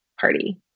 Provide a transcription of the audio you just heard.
party